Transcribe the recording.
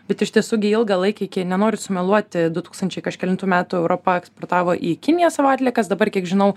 bet iš tiesų gi ilgalaikiai nenoriu sumeluoti du tūkstančiai kažkelintų metų europa eksportavo į kiniją savo atliekas dabar kiek žinau